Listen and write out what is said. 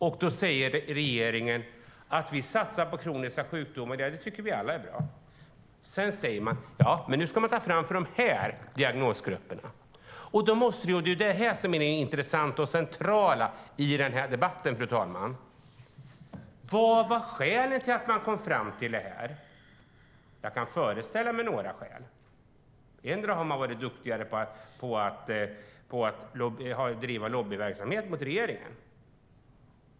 Regeringen säger att man satsar på kroniska sjukdomar. Det tycker vi alla är bra. Sedan säger man att man ska ta fram riktlinjer för de här två diagnosgrupperna. Då är frågan - och det är det som är det intressanta och centrala i debatten, fru talman - vad skälet var till att man kom fram till det. Jag kan föreställa mig några skäl. Kanske har de varit duktigare på att driva lobbyverksamhet riktad mot regeringen.